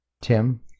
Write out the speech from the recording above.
Tim